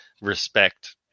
respect